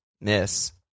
miss